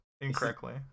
incorrectly